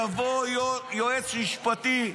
יבוא יועץ משפטי,